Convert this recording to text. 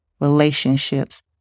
relationships